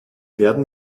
werden